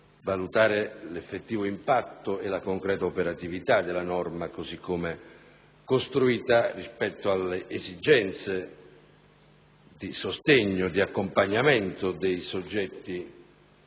valutare l'effettivo impatto e la concreta operatività della norma, così come costruita, rispetto alle esigenze di sostegno e di accompagnamento dei soggetti